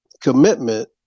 commitment